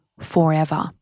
forever